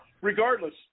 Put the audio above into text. regardless